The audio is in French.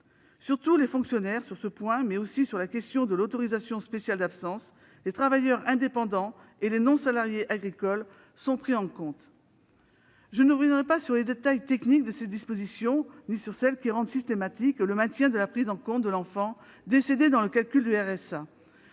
surtout, les fonctionnaires- sur ce point, mais aussi sur celui de l'autorisation spéciale d'absence-, les travailleurs indépendants et les non-salariés agricoles sont pris en compte. Je ne reviendrai pas sur les détails techniques de ces dispositions ou de celles qui tendent à tenir systématiquement compte de l'enfant décédé dans le calcul du RSA.